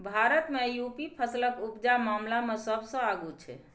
भारत मे युपी फसलक उपजा मामला मे सबसँ आगु छै